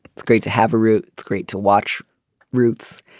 it's great to have a root. it's great to watch roots.